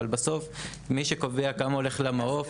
אבל מי שקובע כמה הולך למעו"ף,